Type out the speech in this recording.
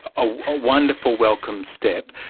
a wonderful welcome step,